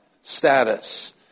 status